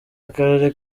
akarere